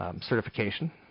certification